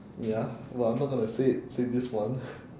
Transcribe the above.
ya but I'm not going to say it say this one